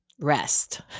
rest